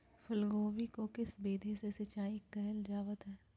फूलगोभी को किस विधि से सिंचाई कईल जावत हैं?